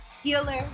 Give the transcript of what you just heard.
healer